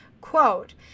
Quote